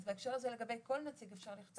אז בהקשר הזה לגבי כל נציג אפשר לכתוב